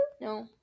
No